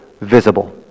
visible